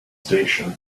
station